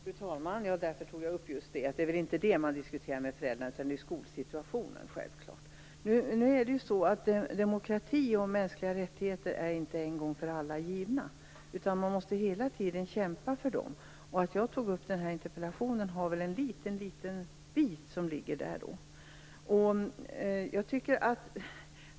Fru talman! Ja, och därför tog jag upp just det: Det är väl inte det man diskuterar med föräldrar, utan det är ju självklart skolsituationen. Demokrati och mänskliga rättigheter är nu inte en gång för alla givna. Man måste hela tiden kämpa för dem. Att jag ställde den här interpellationen har att göra litet med detta.